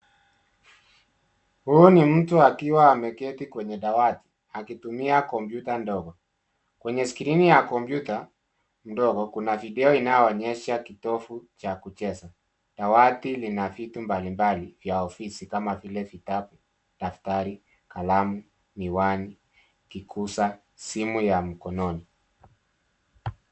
Huu ni mtu akiwa ameketi kwenye dawati akitumia kompyuta ndogo. Kwenye skrini ya kompyuta ndogo kuna video inayoonyesha kitovu cha kucheza. Dawati lina vitu mbalimbali vya ofisi kama vile vitabu, daftari, kalamu, miwani, kiguza, simu ya mkononi.